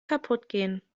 kaputtgehen